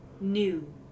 New